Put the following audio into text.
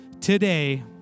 today